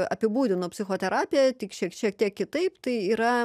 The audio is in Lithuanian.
apibūdinu psichoterapiją tik šie šiek tiek kitaip tai yra